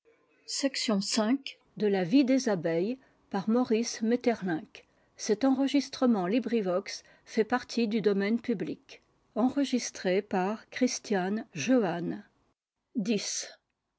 de la vie des abeilles